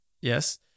Yes